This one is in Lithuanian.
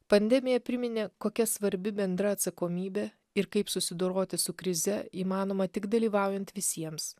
pandemija priminė kokia svarbi bendra atsakomybė ir kaip susidoroti su krize įmanoma tik dalyvaujant visiems